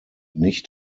nicht